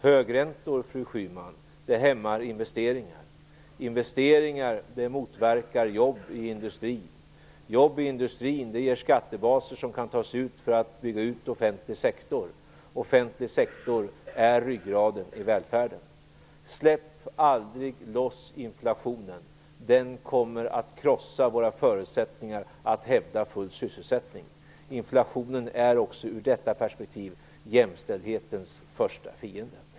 Högräntor, fru Schyman, hämmar investeringar och motverkar jobb i industrin. Jobb i industrin ger skattebaser som kan tas ut för att bygga ut offentlig sektor. Offentlig sektor är ryggraden i välfärden. Släpp aldrig loss inflationen! Den kommer att krossa våra förutsättningar att hävda full sysselsättning! Inflationen är också ur detta perspektiv jämställdhetens första fiende.